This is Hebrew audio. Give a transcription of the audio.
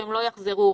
לא תחזור.